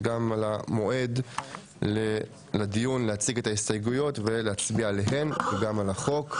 וגם על המועד לדיון הצגת ההסתייגויות ולהצביע עליהן וגם על החוק.